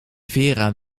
vera